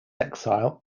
exile